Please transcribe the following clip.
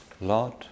Lord